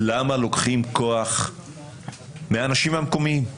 למה לוקחים כוח מהאנשים המקומיים?